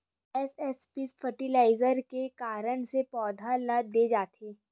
SSP fertiliser का कारण से पौधा ल दे जाथे?